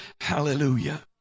Hallelujah